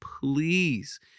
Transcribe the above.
please